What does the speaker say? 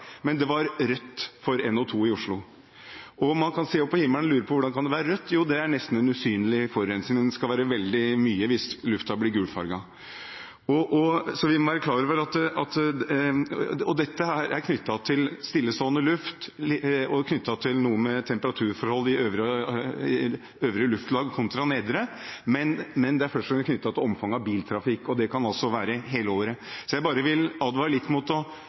var det rødt på grunn av NO2 i Oslo. Man kan se opp på himmelen og lure på hvorfor det er rødt. Jo, det er en nesten usynlig forurensning, og den skal være veldig høy hvis luften blir gulfarget. Dette er knyttet til stillestående luft og knyttet til temperaturforhold i de øvre luftlag kontra de nedre, men det er først og fremst knyttet til omfanget av biltrafikk, og det kan altså gjelde hele året. Jeg vil bare advare litt mot